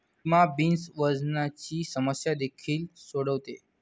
lima beans वजनाची समस्या देखील सोडवते